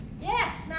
yes